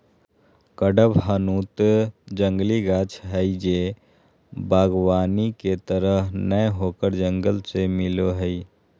कडपहनुत जंगली गाछ हइ जे वागबानी के तरह नय होकर जंगल से मिलो हइ